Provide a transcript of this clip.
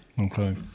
Okay